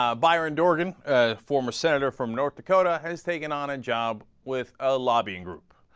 ah byron dorgan ah. former senator from north dakota has taken on a job with a lobbying group